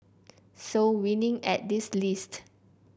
so winning at this list